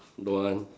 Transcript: don't want